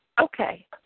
Okay